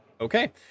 Okay